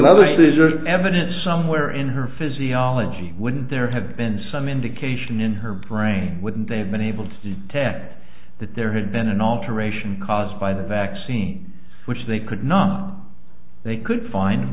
are evidence somewhere in her physiology wouldn't there have been some indication in her brain wouldn't they have been able to detect that there had been an alteration caused by the vaccine which they could not they could find